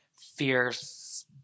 fierce